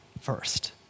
first